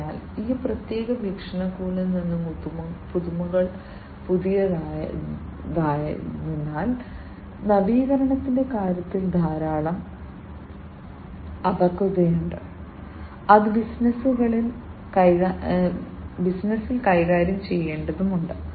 അതിനാൽ ആ പ്രത്യേക വീക്ഷണകോണിൽ നിന്ന് പുതുമകൾ പുതിയതായതിനാൽ നവീകരണത്തിന്റെ കാര്യത്തിൽ ധാരാളം അപക്വതയുണ്ട് അത് ബിസിനസുകളിൽ ബിസിനസ്സിൽ കൈകാര്യം ചെയ്യേണ്ടതുണ്ട്